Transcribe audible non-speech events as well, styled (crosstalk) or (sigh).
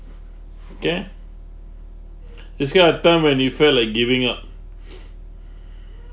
okay (breath) describe a time when you felt like giving up (breath)